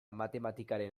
matematikaren